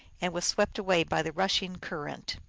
and was swept away by the rushing current.